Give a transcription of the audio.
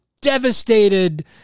devastated